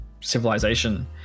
civilization